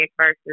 versus